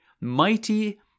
Mighty